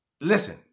Listen